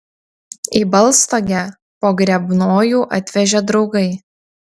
į baltstogę pogrebnojų atvežė draugai